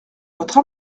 votre